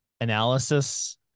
analysis